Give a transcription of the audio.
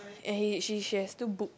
and he she she has two book